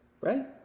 right